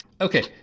Okay